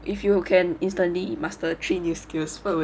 if you can instantly muster three new skills what would they be